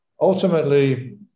ultimately